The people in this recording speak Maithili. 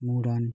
मुड़न